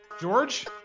George